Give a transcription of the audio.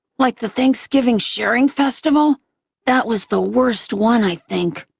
like the thanksgiving sharing festival that was the worst one, i think.